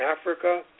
Africa